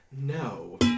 no